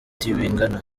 tibingana